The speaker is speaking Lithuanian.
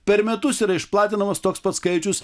per metus yra išplatinamas toks pat skaičius